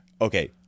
Okay